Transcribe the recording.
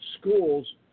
schools